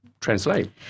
translate